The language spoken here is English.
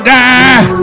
die